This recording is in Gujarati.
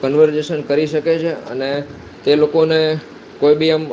કનવરઝેશન કરી શકે છે અને તે લોકોને કોઇ બી આમ